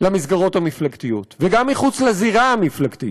למסגרות המפלגתיות, וגם מחוץ לזירה המפלגתית: